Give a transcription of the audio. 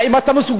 האם אתה מסוגל?